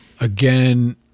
Again